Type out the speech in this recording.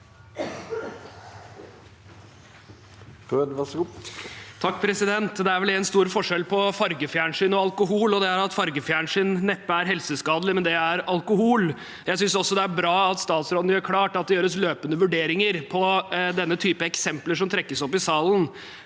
(A) Det er vel én stor for- skjell på fargefjernsyn og alkohol, og det er at fargefjernsyn neppe er helseskadelig, men det er alkohol. Jeg synes det er bra at statsråden gjør det klart at det gjøres løpende vurderinger av den typen eksempler som trekkes opp i salen.